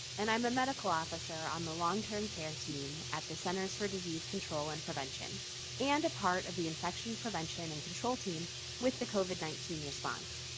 and i'm a medical officer on the long-term care team at the centers for disease control and prevention and a part of the infection prevention and control team with the covid nineteen response.